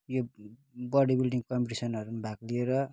यो body building कम्पिटिसनहरूमा भाग लिएर